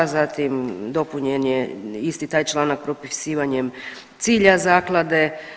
Zatim dopunjen je isti taj članak propisivanjem cilja zaklade.